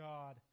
God